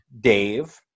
Dave